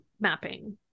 mapping